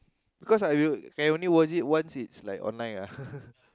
cause I know I only watch it once it's like online ah